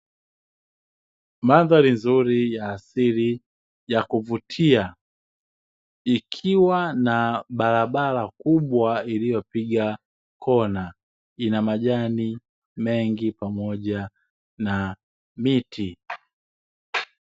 Mandhari nzuri ya asili ya kuvutia, ikiwa na barabara kubwa iliyopiga kona, ina majani mengi pamoja na miti.